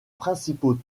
principaux